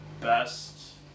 best